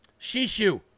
Shishu